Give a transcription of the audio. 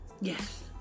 Yes